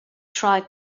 tried